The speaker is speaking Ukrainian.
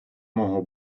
мого